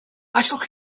allwch